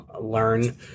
learn